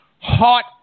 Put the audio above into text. Hot